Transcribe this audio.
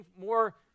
more